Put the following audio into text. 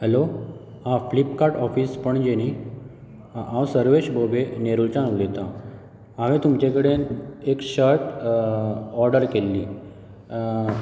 hello आह Flipkart office Panaji न्ही आह हांव सर्वेश भोबे नेरूलच्यान उलयतां हांवें तुमचें कडेन एक शर्ट ऑर्डर केल्ली